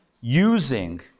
using